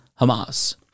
Hamas